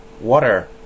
water